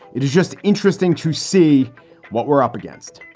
it is just interesting to see what we're up against